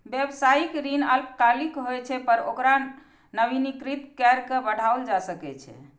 व्यावसायिक ऋण अल्पकालिक होइ छै, पर ओकरा नवीनीकृत कैर के बढ़ाओल जा सकै छै